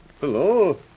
Hello